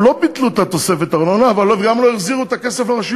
לא מבין כלום, עזוב.